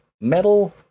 Metal